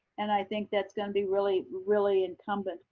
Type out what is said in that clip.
and i think that's going to be really, really incumbent